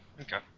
Okay